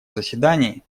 заседании